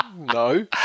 No